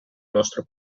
nostro